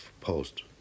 post